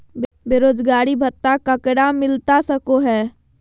बेरोजगारी भत्ता ककरा मिलता सको है?